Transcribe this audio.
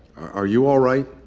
are you all right?